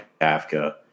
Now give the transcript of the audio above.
Kafka